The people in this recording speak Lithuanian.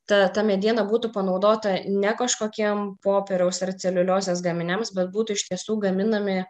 ta ta mediena būtų panaudota ne kažkokiem popieriaus ar celiuliozės gaminiams bet būtų iš tiesų gaminami